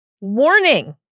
Warning